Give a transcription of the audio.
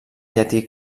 llatí